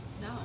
No